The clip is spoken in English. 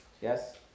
Yes